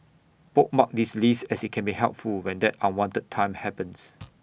bookmark this list as IT can be helpful when that unwanted time happens